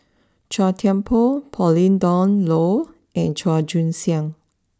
Chua Thian Poh Pauline Dawn Loh and Chua Joon Siang